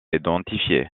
identifier